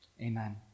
amen